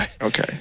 okay